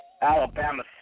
Alabama